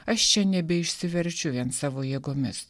aš čia nebeišsiverčiu vien savo jėgomis